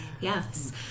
Yes